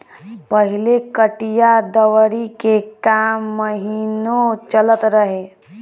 पहिले कटिया दवरी के काम महिनो चलत रहे